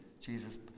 Jesus